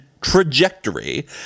trajectory